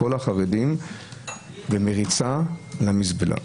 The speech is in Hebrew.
"כל החרדים במריצה למזבלה".